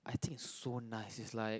I think is so nice is like